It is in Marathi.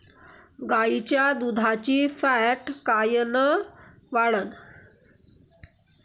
गाईच्या दुधाची फॅट कायन वाढन?